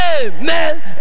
amen